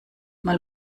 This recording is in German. mal